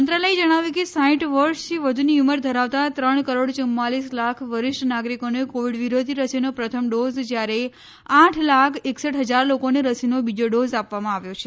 મંત્રાલયે જણાવ્યું કે સાઇઠ વર્ષથી વધુની ઉંમર ધરાવતા ત્રણ કરોડ યુમ્માલીસ લાખ વરિષ્ઠ નાગરિકોને કોવિડ વિરોધી રસીનો પ્રથમ ડોઝ જ્યારે આઠ લાખ એકસઠ હજાર લોકોને રસીનો બીજો ડોઝ આપવામાં આવ્યો છે